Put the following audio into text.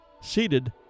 Seated